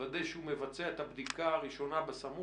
לוודא שהוא מבצע את הבדיקה הראשונה בסמוך,